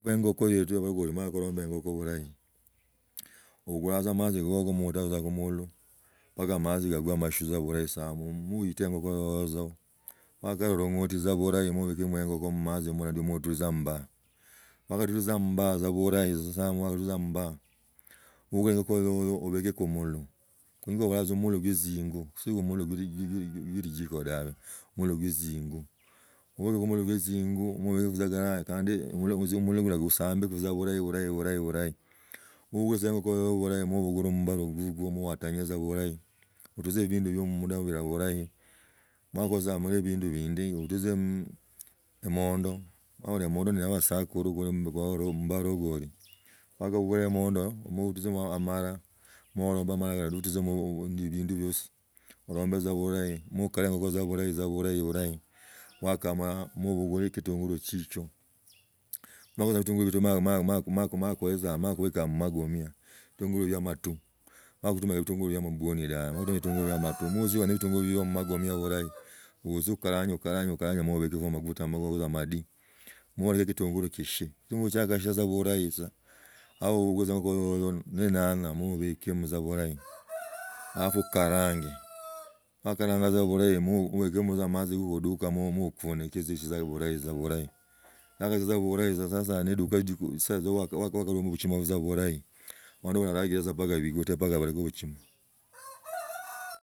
Gimala gulomba enyoko bulahi obulanga amitzi goko notago tza khumuu mbaka amatzi gakwe amashu bulahi. Mpite engoko yozo wakamotiza bulari moleke engoko mmatzi mula ndia motulize ammbaya, wakatuliza mmbaya bulahi. Obukula engokho yoyo obeko khumula tzi khukolanga tza mula gwe tzingo, siguli gwe lijiko dabe mmulo gwe tzingo norekho tza gala mulo kula guzambi tsa burahi burahi burahi mabuluka engokho yoyo bulahi mambukule mimbalo gukwa moatage tza bulahi otulize ebindu bio munda bila bulahi makuza omale bindu bindi olitze imando nolia imondo neya basakuru mubaragoli, wakabugula emondo motulize amara moolomba amala kala motuliza ebindu bindi biosi olombi tza bulahi mokare tza bulahi bulahi wakamala mobukula kitungutu chichio, kitungulu bia amabwoni dabe noshi ne bitungi bia amatu outsie okarange karanye okarange mobekeho amaguta amadi molakekho kitungulu kishii kitungulu kiakhashia burahi tsha noli tsa nenyanya mobekemo tza bulahi halafu ukaranga wakhakaranga tza bulahi mo obekemo tza amatsi oduka mo okuenokaze tsha bulahi sasa neyakaduka cosa wakaraha tsa buchima bulahi abandu bala balacrachila tsa mbaka bateke buchima.